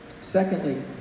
Secondly